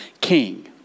king